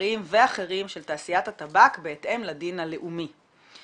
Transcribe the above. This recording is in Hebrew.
מסחריים ואחרים של תעשיית הטבק בהתאם לדין הלאומי".